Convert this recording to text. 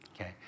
Okay